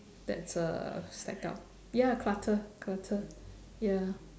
that uh stack up ya clutter clutter ya